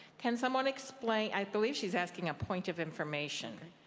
can someone explain i believe she's asking a point of information.